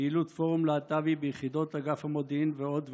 פעילות פורום להט"בי ביחידות אגף המודיעין ועוד ועוד,